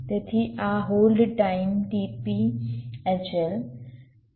તેથી આ hold time t p hl છે